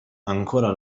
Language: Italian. ancora